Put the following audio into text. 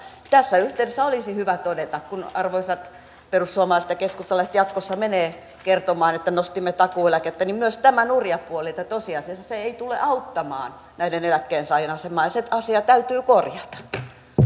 tässä yhteydessä olisi hyvä todeta kun arvoisat perussuomalaiset ja keskustalaiset jatkossa menevät kertomaan että nostimme takuueläkettä myös tämä nurja puoli että tosiasiassa se ei tule auttamaan näiden eläkkeensaajien asemaa ja se asia täytyy korjata